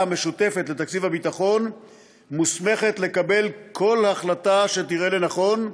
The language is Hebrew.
המשותפת לתקציב הביטחון מוסמכת לקבל כל החלטה שתראה לנכון,